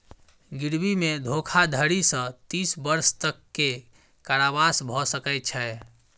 गिरवी मे धोखाधड़ी सॅ तीस वर्ष तक के कारावास भ सकै छै